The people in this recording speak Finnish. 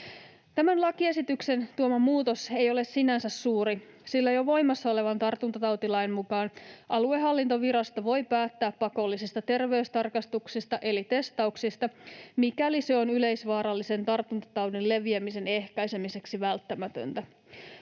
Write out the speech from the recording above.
Tämän lakiesityksen tuoma muutos ei ole sinänsä suuri, sillä jo voimassa olevan tartuntatautilain mukaan aluehallintovirasto voi päättää pakollisesta terveystarkastuksesta eli testauksesta, mikäli se on yleisvaarallisen tartuntataudin leviämisen ehkäisemiseksi välttämätöntä.